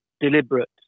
deliberate